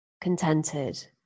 contented